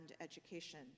education